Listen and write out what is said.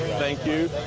thank you.